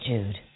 Jude